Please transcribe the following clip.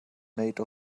made